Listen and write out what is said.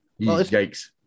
yikes